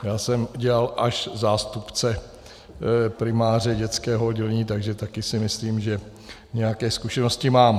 Já jsem dělal až zástupce primáře dětského oddělení, takže si taky myslím, že nějaké zkušenosti mám.